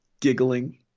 Giggling